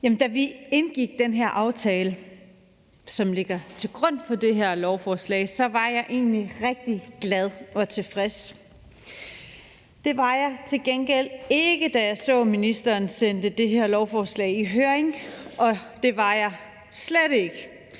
Da vi indgik den her aftale, som ligger til grund for det her lovforslag, var jeg egentlig rigtig glad og tilfreds. Det var jeg til gengæld ikke, da jeg så, at ministeren sendte det her lovforslag i høring, og det var jeg slet ikke,